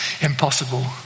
impossible